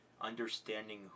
Understanding